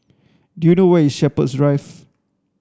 do you know where is Shepherds Drive